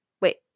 Wait